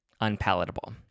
unpalatable